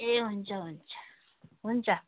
ए हुन्छ हुन्छ हुन्छ